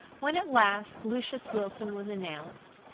when at last lucius wilson was announced,